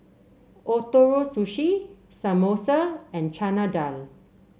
Ootoro Sushi Samosa and Chana Dal